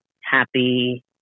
happy